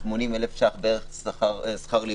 בערך 80,000 שכר לימוד,